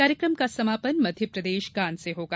कार्यक्रम का समापन मध्यप्रदेश गान से होगा